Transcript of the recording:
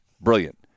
Brilliant